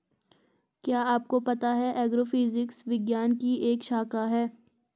क्या आपको पता है एग्रोफिजिक्स विज्ञान की एक शाखा है?